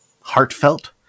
heartfelt